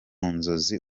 nzozi